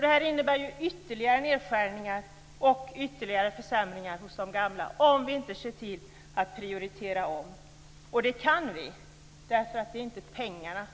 Det här innebär ytterligare nedskärningar och ytterligare försämringar för de gamla om vi inte ser till att det omprioriteras. Det kan vi göra. Det är nämligen inte pengar,